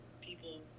people